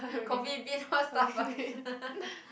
coffee-bean not Starbucks